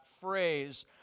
phrase